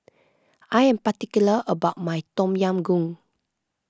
I am particular about my Tom Yam Goong